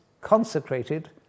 consecrated